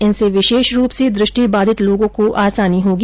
इनसे विशेष रूप से दृष्टि बाधित लोगों को आसानी होगी